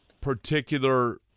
particular